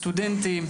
סטודנטים,